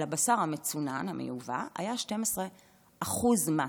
על הבשר המצונן, המיובא, היה 12% מס.